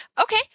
Okay